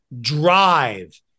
Drive